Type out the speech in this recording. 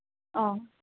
অঁ